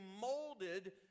molded